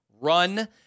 Run